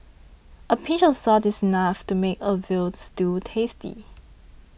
a pinch of salt is enough to make a Veal Stew tasty